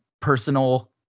personal